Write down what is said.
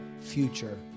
future